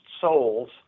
souls